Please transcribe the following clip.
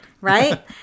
Right